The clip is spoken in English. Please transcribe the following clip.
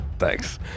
Thanks